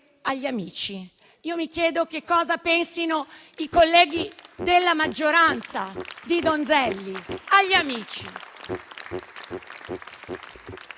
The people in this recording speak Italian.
agli amici. Io mi chiedo cosa pensino i colleghi della maggioranza dell'onorevole Donzelli. Agli amici.